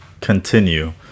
continue